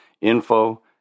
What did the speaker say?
info